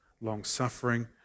long-suffering